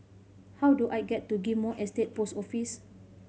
how do I get to Ghim Moh Estate Post Office